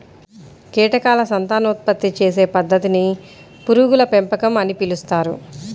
కీటకాల సంతానోత్పత్తి చేసే పద్ధతిని పురుగుల పెంపకం అని పిలుస్తారు